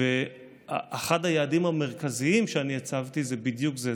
אחד היעדים המרכזיים שאני הצבתי זה בדיוק זה,